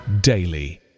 daily